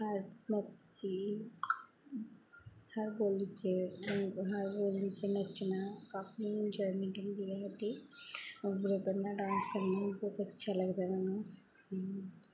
ਹਰ ਮਾਪੀ ਹਰ ਬੋਲੀ 'ਚ ਹਰ ਬੋਲੀ 'ਚ ਨੱਚਣਾ ਕਾਫੀ ਇੰਜੋਇਮੈਂਟ ਹੁੰਦੀ ਹੈ ਵੱਡੀ ਔਰ ਬ੍ਰਦਰ ਨਾਲ ਡਾਂਸ ਕਰਨਾ ਬਹੁਤ ਅੱਛਾ ਲੱਗਦਾ ਮੈਨੂੰ ਹੂੰ